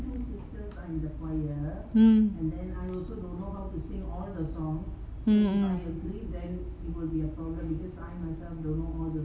mm mm mm